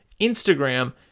Instagram